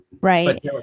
right